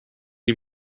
ihm